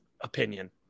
Opinion